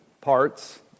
parts